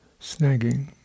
snagging